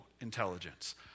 intelligence